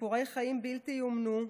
סיפורי חיים בלתי יאומנו,